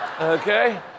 Okay